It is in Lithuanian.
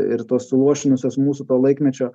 ir tos suluošinusios mūsų to laikmečio